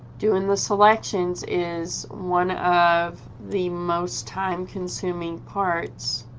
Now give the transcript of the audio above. doing the selections is one of the most time consuming parts